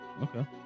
Okay